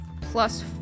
plus